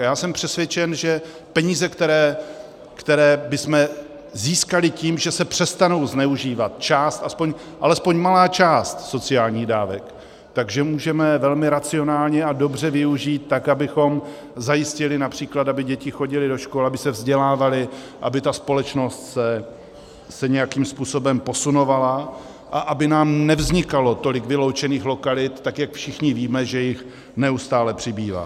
A já jsem přesvědčen, že peníze, které bychom získali tím, že se přestanou zneužívat, část, aspoň malá část sociálních dávek, můžeme velmi racionálně a dobře využít tak, abychom zajistili například, aby děti chodily do škol, aby se vzdělávaly, aby ta společnost se nějakým způsobem posunovala a aby nám nevznikalo tolik vyloučených lokalit tak, jak všichni víme, že jich neustále přibývá.